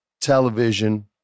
television